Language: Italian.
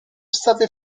state